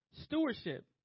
stewardship